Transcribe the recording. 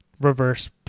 reverse